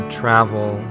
travel